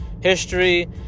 history